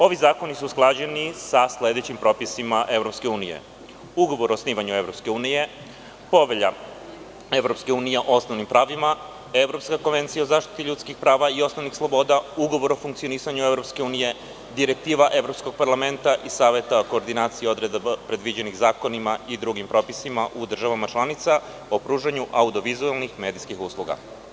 Ovi zakoni su usklađeni sa sledećim propisima EU: Ugovor o osnivanju EU, Povelja EU o osnovnim pravima, Evropska konvencija o zaštiti ljudskih prava i osnovnih sloboda, Ugovor o funkcionisanju EU, Direktiva Evropskog parlamenta i Saveta koordinacije odredaba predviđenih zakonima i drugim propisima u državama članica o pružanju audio-vizuelnih medijskih usluga.